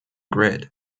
grid